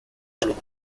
pluma